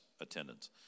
attendance